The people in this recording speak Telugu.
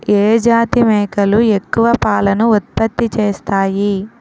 ఏ జాతి మేకలు ఎక్కువ పాలను ఉత్పత్తి చేస్తాయి?